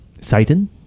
Satan